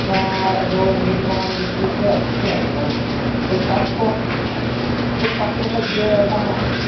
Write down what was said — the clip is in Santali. ᱟᱪᱪᱷᱟ ᱮᱜᱳ ᱤᱧᱡᱤᱱᱢᱟ ᱡᱩᱛ ᱦᱩᱭᱩᱜ ᱜᱮᱭᱟ ᱴᱷᱤᱠ ᱜᱮᱭᱟ ᱟᱫᱚ ᱠᱟᱹᱡ ᱯᱟᱨᱴᱥᱠᱚ ᱪᱮᱫ ᱯᱟᱨᱴᱥᱠᱚ ᱠᱟᱹᱡ ᱤᱭᱟᱹ ᱚᱱᱟ